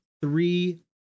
three